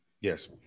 Yes